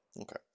Okay